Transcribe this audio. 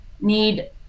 need